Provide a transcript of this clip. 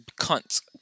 cunt